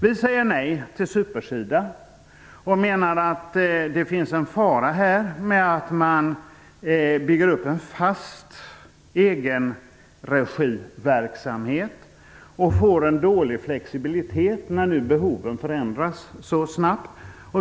Vi säger nej till Super-SIDA och menar att det finns en fara för att man bygger upp en fast egenregiverksamhet och får en dålig flexibilitet, när nu behoven förändras så snabbt.